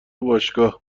باشگاه